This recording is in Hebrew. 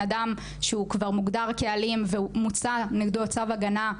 אדם שהוא כבר מוגדר כאלים ומוצא נגדו צו הגנה,